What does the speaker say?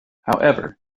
however